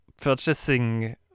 purchasing